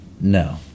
No